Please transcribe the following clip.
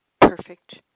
perfect